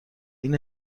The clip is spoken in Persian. این